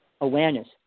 awareness